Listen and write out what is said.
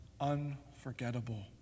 unforgettable